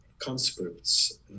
conscripts